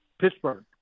Pittsburgh